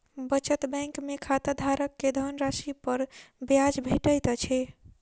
बचत बैंक में खाताधारक के धनराशि पर ब्याज भेटैत अछि